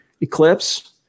Eclipse